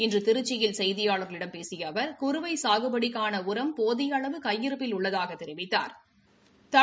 இன்று திரு்சியில் செய்தியாளர்களிடம் பேசிய அவர் குறுவை சாகுபடிக்கான உரம் போதிய அளவு கையிருப்பில் உள்ளதாகத் தெரிவித்தாா்